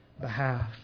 behalf